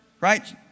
Right